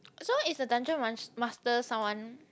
so the dungeon master someone